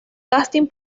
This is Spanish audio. casting